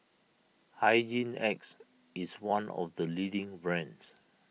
Hygin X is one of the leading brands